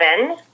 seven